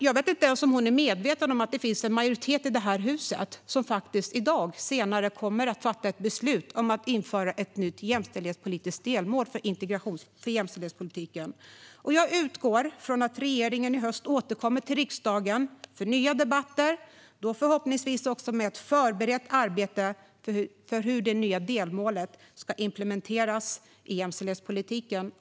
Jag vet inte ens om hon är medveten om att det finns en majoritet i det här huset som senare i dag kommer att fatta ett beslut om att införa ett nytt delmål för jämställdhetspolitiken. Jag utgår från att regeringen i höst återkommer till riksdagen för nya debatter, då förhoppningsvis också med ett förberett arbete för hur det nya delmålet ska implementeras i jämställdhetspolitiken.